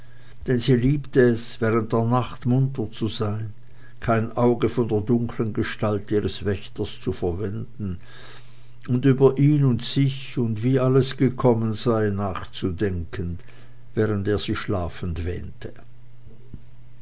denn sie liebte es während der nacht munter zu sein kein auge von der dunklen gestalt ihres wächters zu verwenden und über ihn und sich und wie alles gekommen sei nachzudenken während er sie schlafend wähnte